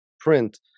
print